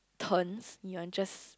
turns you are just